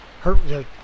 hurt